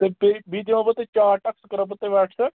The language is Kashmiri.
تُہۍ کٔرِو بیٚیہِ دِموو بہٕ تۅہہِ چاٹ اَکھ سُہ کَرٕہوو بہٕ تۅہہِ وَٹس ایٚپ